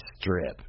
strip